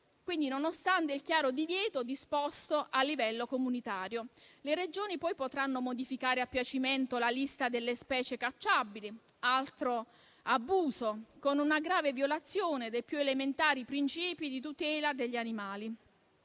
ciò nonostante il chiaro divieto disposto a livello comunitario. Le Regioni poi potranno modificare a piacimento la lista delle specie cacciabili - altro abuso - con una grave violazione dei più elementari principi di tutela degli animali.